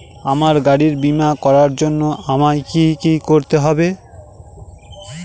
আমার গাড়ির বীমা করার জন্য আমায় কি কী করতে হবে?